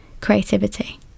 creativity